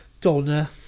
Donna